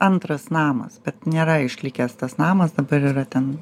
antras namas bet nėra išlikęs tas namas dabar yra ten